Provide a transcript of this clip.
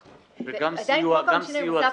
גם יסוד נפשי,